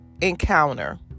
encounter